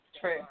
true